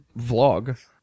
vlog